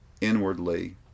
inwardly